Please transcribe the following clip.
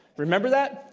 remember that?